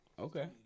Okay